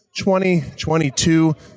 2022